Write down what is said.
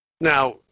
Now